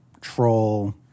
troll